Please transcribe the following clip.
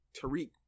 Tariq